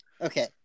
okay